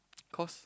cause